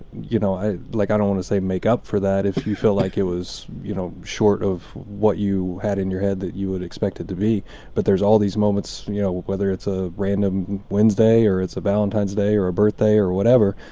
you know i like i don't want to say make up for that if you feel like it was you know short of what you had in your head that you would expect it to be but there's all these moments you know whether it's a random wednesday or it's a valentine's day or a birthday or whatever.